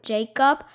Jacob